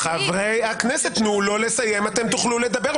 חברי הכנסת, תנו לו לסיים, אתם תוכלו לדבר.